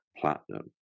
platinum